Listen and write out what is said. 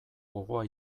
gogoa